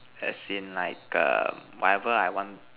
as in like the whatever I want